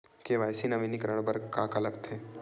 KYC नवीनीकरण बर का का लगथे?